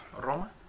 roma